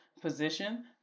position